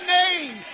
name